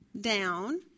down